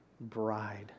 bride